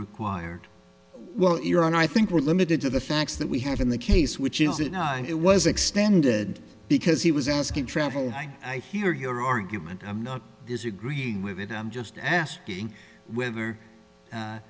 required well iran i think we're limited to the facts that we have in the case which is it now and it was extended because he was asking travel i hear your argument i'm not disagreeing with it i'm just asking whether